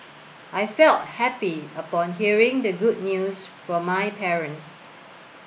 I felt happy upon hearing the good news from my parents